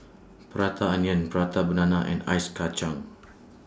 Prata Onion Prata Banana and Ice Kachang